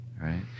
Right